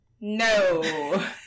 No